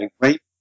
Great